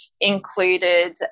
included